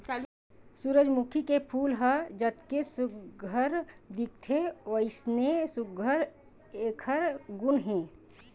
सूरजमूखी के फूल ह जतके सुग्घर दिखथे वइसने सुघ्घर एखर गुन घलो हे